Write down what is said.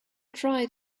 tried